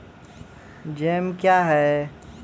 Jam क्या हैं?